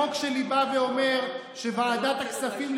החוק שלי בא ואומר שוועדת הכספים,